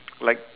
like